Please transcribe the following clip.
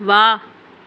वाह